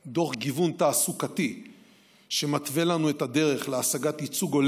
דוח גיוון תעסוקתי שמתווה לנו את הדרך להשגת ייצוג הולם